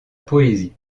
poésie